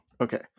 okay